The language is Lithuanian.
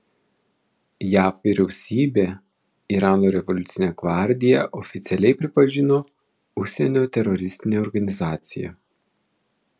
jav vyriausybė irano revoliucinę gvardiją oficialiai pripažino užsienio teroristine organizacija